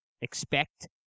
expect